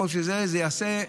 זה ייעשה,